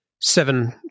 seven